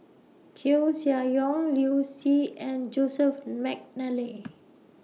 Koeh Sia Yong Liu Si and Joseph Mcnally